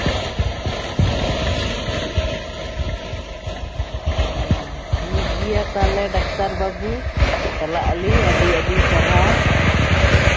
ᱴᱷᱤᱠ ᱜᱮᱭᱟ ᱛᱟᱦᱞᱮ ᱰᱟᱠᱛᱟᱨ ᱵᱟᱵᱩ ᱪᱟᱞᱟᱜ ᱟᱞᱤᱧ ᱟᱹᱰᱤᱼᱟᱹᱰᱤ ᱥᱟᱨᱦᱟᱣ